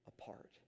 apart